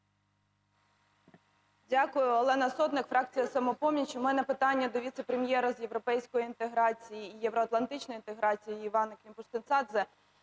Дякую. Олена Сотник, фракція "Самопоміч". У мене питання до віце-прем'єра з європейської інтеграції і євроатлантичної інтеграції Іванни Климпуш-Цинцадзе.